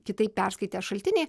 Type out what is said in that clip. kitaip perskaitę šaltiniai